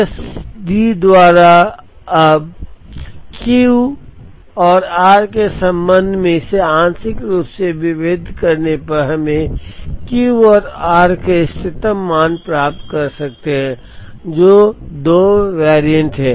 S D द्वारा Q अब Q और r के संबंध में इसे आंशिक रूप से विभेदित करने पर हम Q और r के इष्टतम मान प्राप्त कर सकते हैं जो 2 वेरिएंट हैं